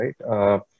right